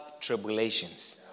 tribulations